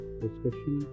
discussion